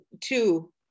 two